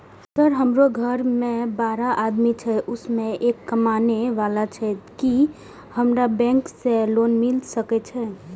Sir हमरो घर में बारह आदमी छे उसमें एक कमाने वाला छे की हमरा बैंक से लोन मिल सके छे?